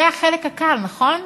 זה החלק הקל, נכון?